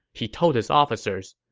he told his officers,